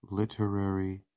literary